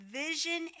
vision